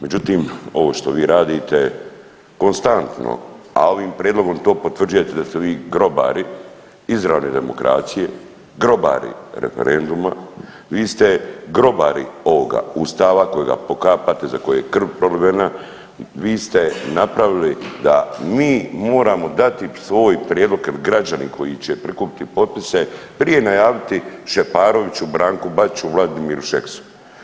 Međutim, ovo što vi radite, konstantno, a ovim prijedlogom to potvrđujete da ste vi grobari izravne demokracije, grobari referenduma, vi ste grobari ovoga Ustava kojega pokapate, za kojeg je krv prolivena, vi ste napravili da mi moramo dati svoj prijedlog jer građani koji će prikupiti potpise, prije najaviti Šeparoviću, Branku Bačiću, Vladimiru Šeksu.